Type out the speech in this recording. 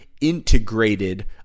integrated